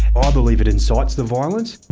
ah believe it incites the violence.